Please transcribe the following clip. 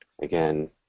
again